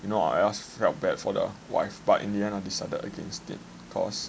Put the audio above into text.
you know I also felt bad for the wife but in the end I decided against it cause